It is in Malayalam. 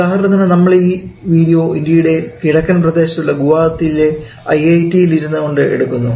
ഉദാഹരണത്തിന് നമ്മൾ ഈ വീഡിയോ ഇന്ത്യയുടെ കിഴക്കൻ പ്രദേശത്തുള്ള ഗുവാഹത്തിയിലെ ഐഐടിയിൽ ഇരുന്നുകൊണ്ട് എടുക്കുന്നു